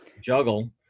juggle